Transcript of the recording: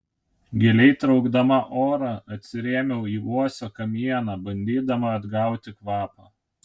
giliai traukdama orą atsirėmiau į uosio kamieną bandydama atgauti kvapą